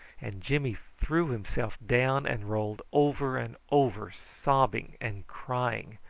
and jimmy threw himself down and rolled over and over, sobbing and crying.